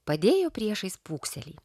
padėjo priešais pūkselį